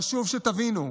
חשוב שתבינו,